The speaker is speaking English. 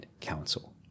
Council